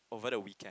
over the weekend